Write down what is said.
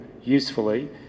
usefully